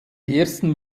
ersten